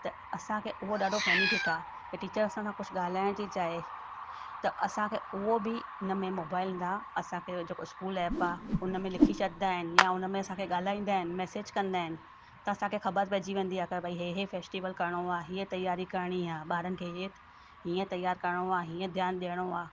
त असांखे उहो ॾाढो बैनिफिट आहे की टीचर असां खां कुझु ॻाल्हाइणु थी चाहे त असांखे उहो बि हुन में मोबाइल तां असांखे जेको इस्कूलु एप आहे उन में लिखी छॾींदा आहिनि ईअं उन में असांखे ॻाल्हाईंदा आहिनि मैसेज कंदा आहिनि त असांखे ख़बरु पइजी वेंदी आहे त भाई हीउ हीउ फैस्टिवल करिणो आहे हीअं तियारी करिणी आहे ॿारनि खे हीअं तियारु करिणो आहे हीअं ध्यानु ॾियणो आहे